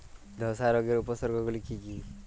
ধসা রোগের উপসর্গগুলি কি কি?